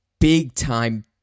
big-time